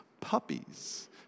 puppies